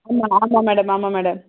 ஆமாம் ஆமாம் மேடம் ஆமாம் மேடம்